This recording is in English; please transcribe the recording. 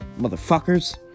motherfuckers